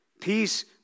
Peace